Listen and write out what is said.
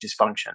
dysfunction